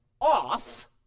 off